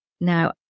Now